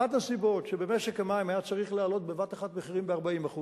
אחת הסיבות לכך שבמשק המים היה צריך להעלות בבת-אחת מחירים ב-40%